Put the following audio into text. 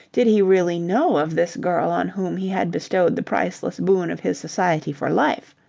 did he really know of this girl on whom he had bestowed the priceless boon of his society for life?